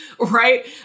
right